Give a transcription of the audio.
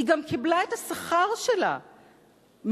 היא גם קיבלה את השכר שלה מהמעסיק,